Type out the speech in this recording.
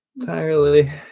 entirely